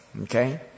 Okay